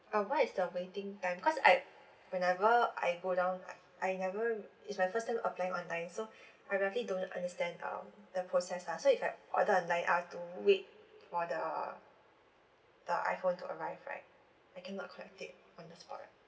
uh what is the waiting time cause I whenever I go down I I never it's my first time applying online so I really don't understand um the process ah so if I order online I have to wait for the the iPhone to arrive right I cannot collect it on the spot right